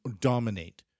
dominate